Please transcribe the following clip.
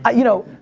ah you know.